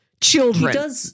children